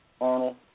Arnold